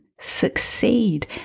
succeed